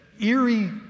eerie